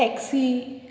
taxi